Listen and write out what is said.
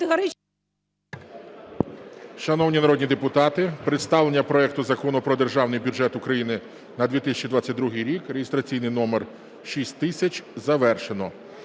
Шановні народні депутати, представлення проекту Закону про Державний бюджет України на 2022 рік (реєстраційний номер 6000) завершено.